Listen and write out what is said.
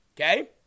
Okay